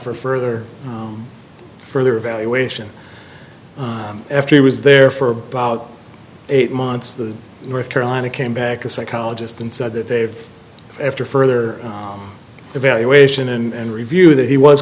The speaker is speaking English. for further further evaluation after he was there for about eight months the north carolina came back a psychologist and said that they've after further evaluation and review that he was